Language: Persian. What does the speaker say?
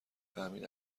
فهمید